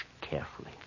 carefully